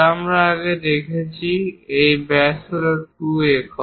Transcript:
যা আমরা আগে দেখেছি এই ব্যাস হল 2 একক